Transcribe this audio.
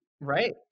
Right